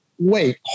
Wait